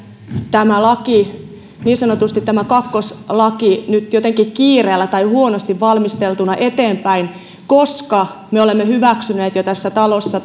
tämä laki niin sanotusti tämä kakkoslaki nyt jotenkin kiireellä tai huonosti valmisteltuna eteenpäin koska me olemme hyväksyneet jo tässä talossa